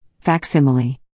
Facsimile